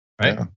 right